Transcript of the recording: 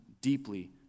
deeply